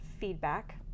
feedback